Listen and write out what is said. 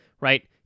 right